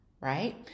Right